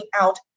out